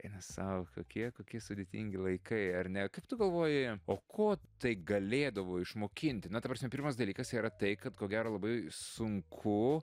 eina sau kokie kokie sudėtingi laikai ar ne kaip tu galvoji o ko tai galėdavo išmokinti na ta prasme pirmas dalykas yra tai kad ko gero labai sunku